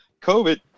COVID